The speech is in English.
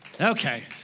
Okay